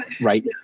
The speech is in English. Right